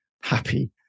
happy